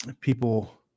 people